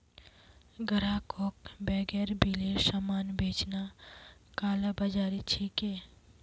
ग्राहकक बेगैर बिलेर सामान बेचना कालाबाज़ारी छिके